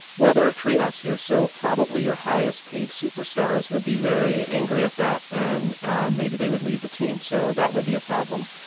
well, there are tradeoffs here. so probably your highest paid superstars would be very angry at that, and maybe they would leave the team, so that would be a problem.